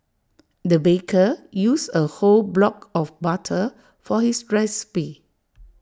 the baker used A whole block of butter for his recipe